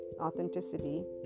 authenticity